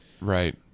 Right